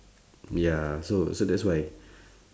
ya so so that's why